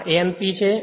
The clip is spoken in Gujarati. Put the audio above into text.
આ N p છે